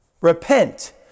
repent